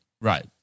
Right